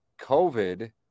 COVID